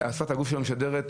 שפת הגוף שלו משדרת,